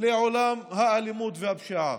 לעולם האלימות והפשיעה.